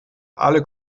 alle